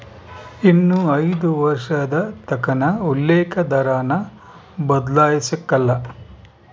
ಇನ್ನ ಐದು ವರ್ಷದತಕನ ಉಲ್ಲೇಕ ದರಾನ ಬದ್ಲಾಯ್ಸಕಲ್ಲ